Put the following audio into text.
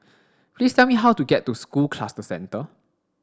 please tell me how to get to School Cluster Centre